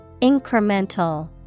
Incremental